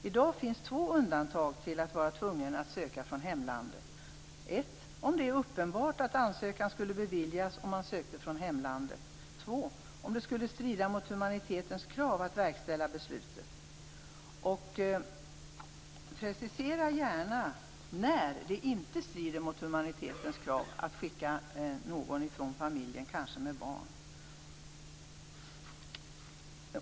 I dag finns två undantag från tvånget att söka från hemlandet, nämligen om det är uppenbart att ansökan skulle beviljas om man sökte från hemlandet eller om det skulle strida mot humanitetens krav att verkställa beslutet. Precisera gärna när det inte strider mot humanitetens krav att skicka någon från familjen med barn!